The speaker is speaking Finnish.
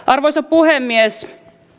arvoisa puhemies